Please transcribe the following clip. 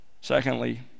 Secondly